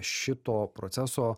šito proceso